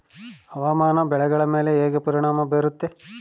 ಹವಾಮಾನ ಬೆಳೆಗಳ ಮೇಲೆ ಹೇಗೆ ಪರಿಣಾಮ ಬೇರುತ್ತೆ?